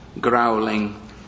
growling